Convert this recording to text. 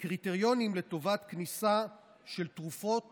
וקריטריונים לטובת כניסה של תרופות